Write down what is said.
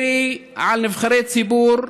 וירי על נבחרי ציבור,